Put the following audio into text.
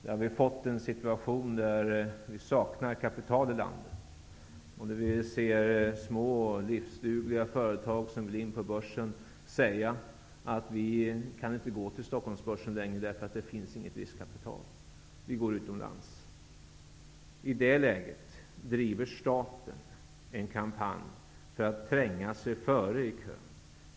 Vi har fått en situation där vi saknar kapital i landet. Vi ser små livsdugliga företag, som vill in på börsen, säga att de inte kan gå till Stockholmsbörsen längre eftersom det inte finns något riskkapital. De går utomlands. I det läget driver staten en kampanj för att tränga sig före i kön.